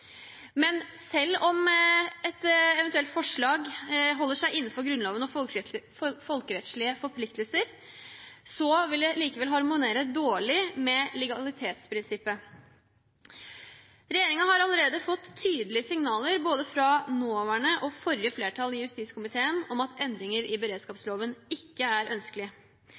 Men selv om et eventuelt forslag holder seg innenfor Grunnloven og folkerettslige forpliktelser, vil det likevel harmonere dårlig med legalitetsprinsippet. Regjeringen har allerede fått tydelige signaler fra både nåværende og forrige flertall i justiskomiteen om at endringer i beredskapsloven ikke er ønskelig.